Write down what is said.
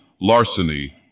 larceny